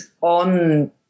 on